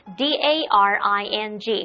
D-A-R-I-N-G